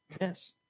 yes